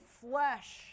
flesh